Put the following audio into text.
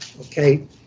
Okay